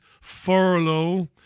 furlough